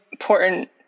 important